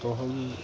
تو ہم